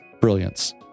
Brilliance